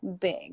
big